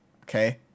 Okay